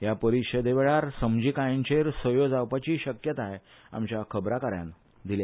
ह्या परिषदे वेळार समजिकायांचेर सयो जावपाची शक्यताय आमचा खबराकारान दिल्या